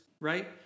right